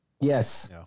Yes